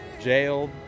jailed